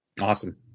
awesome